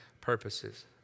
purposes